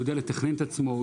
יודע לתכנן עצמו,